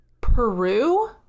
Peru